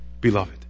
beloved